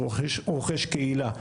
הוא רוכש קהילה,